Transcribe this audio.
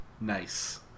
nice